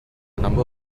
number